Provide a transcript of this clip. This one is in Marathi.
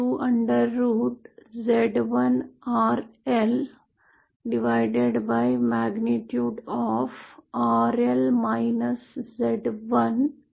ZLMOD इतकी आहे ठीक आहे